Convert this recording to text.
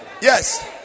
Yes